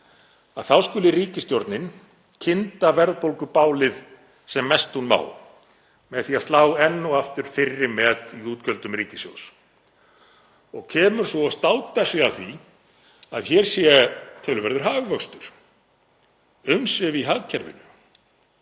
þá skuli ríkisstjórnin kynda verðbólgubálið sem mest hún má með því að slá enn og aftur fyrri met í útgjöldum ríkissjóðs og kemur svo og státar sig af því að hér sé töluverður hagvöxtur, umsvif í hagkerfinu.